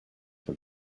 have